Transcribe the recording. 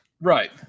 Right